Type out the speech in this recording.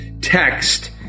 text